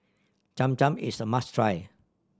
Cham Cham is a must try